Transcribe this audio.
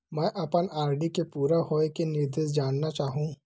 मैं अपन आर.डी के पूरा होये के निर्देश जानना चाहहु